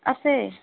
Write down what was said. আছে